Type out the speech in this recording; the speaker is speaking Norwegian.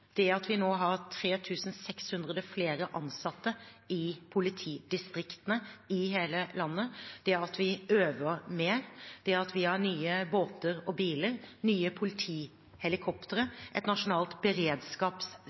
Vi har nå 3 600 flere ansatte i politidistriktene i hele landet, vi øver mer, vi har nye båter og biler, nye